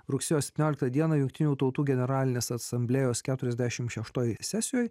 rugsėjo septynioliktą dieną jungtinių tautų generalinės asamblėjos keturiasdešimt šeštoj sesijoj